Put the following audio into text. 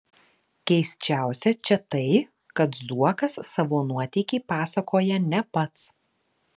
keisčiausia čia tai kad zuokas savo nuotykį pasakoja ne pats